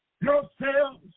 yourselves